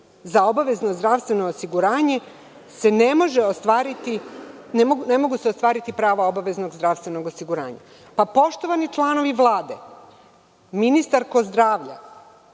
za obavezno zdravstveno osiguranje ne mogu ostvariti prava obaveznog zdravstvenog osiguranja. Poštovani članovi Vlade, ministarko zdravlja,